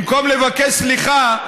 במקום לבקש סליחה,